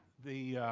the,